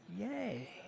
Yay